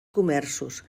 comerços